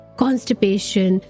constipation